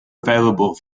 available